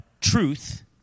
truth